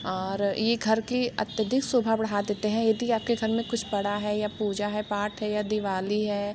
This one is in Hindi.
और ये घर की अत्यधिक शोभा बढ़ा देते हैं यदि आपके घर में कुछ पड़ा है या पूजा है पाठ है या दिवाली है